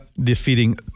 defeating